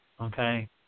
Okay